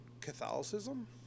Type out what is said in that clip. Catholicism